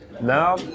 Now